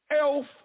elf